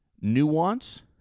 nuance